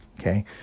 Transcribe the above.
Okay